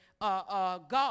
God